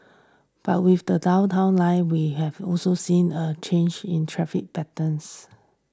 but with the Downtown Line we have also seen a change in traffic patterns